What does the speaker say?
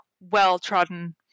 well-trodden